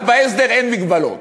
רק בהסדר אין הגבלות.